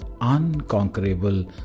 unconquerable